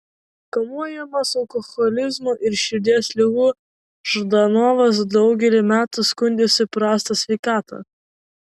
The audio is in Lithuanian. kamuojamas alkoholizmo ir širdies ligų ždanovas daugelį metų skundėsi prasta sveikata